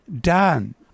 done